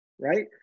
right